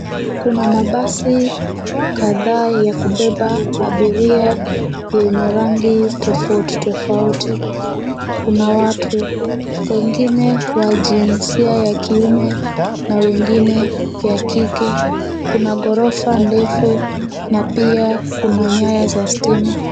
Kuna mabasi kadhaa ya kubeba abiria yenye rangi tofauti tofauti. Kuna watu wengine wa jinsia ya kiume na wengine ya kike, kuna ghorofa ndefu na pia kuna nyaya za stima.